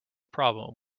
problem